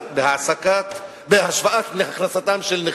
בהשוואת הכנסתם של נכים.